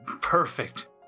Perfect